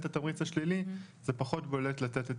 התמריץ השלילי זה פחות בולט לתת את